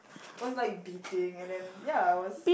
was like beating and then ya I was